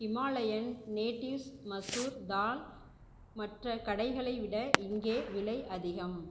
Himalayan natives masoor dal மற்ற கடைகளை விட இங்கே விலை அதிகம்